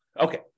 Okay